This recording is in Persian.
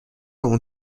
اون